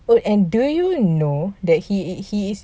oh and do you know that he is he is